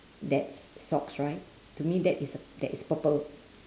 that socks right to me that is uh that is purple